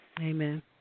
Amen